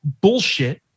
bullshit